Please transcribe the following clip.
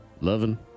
loving